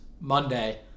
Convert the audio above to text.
Monday